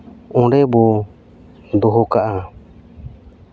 ᱚᱸᱰᱮ ᱵᱚ ᱫᱚᱦᱚ ᱠᱟᱜᱼᱟ